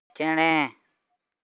ᱪᱮᱬᱮ